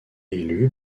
élue